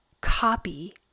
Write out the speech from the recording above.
copy